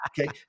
Okay